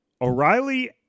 O'Reilly